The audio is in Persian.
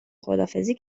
خداحافظی